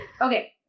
Okay